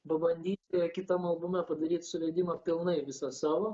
pabandyt kitam albume padaryt suvedimą pilnai visą savo